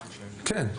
כן.